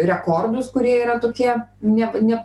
rekordus kurie yra tokie ne ne